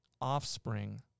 offspring